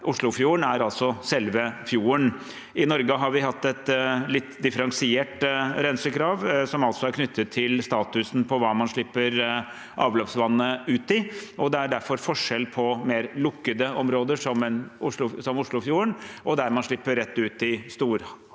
Oslofjorden er selve fjorden. I Norge har vi hatt et litt differensiert rensekrav, som er knyttet til statusen på hva man slipper avløpsvannet ut i. Det er derfor forskjell på mer lukkede områder som Oslofjorden og der man slipper rett ut i storhavet.